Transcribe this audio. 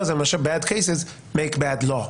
הזה מאשר Hard Cases Make Bad Law,